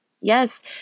Yes